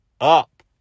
up